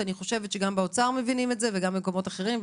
אני חושבת שגם באוצר מבינים את זה וגם במקומות אחרים,